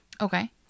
Okay